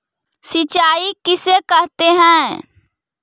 सिंचाई किसे कहते हैं?